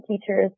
teachers